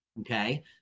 okay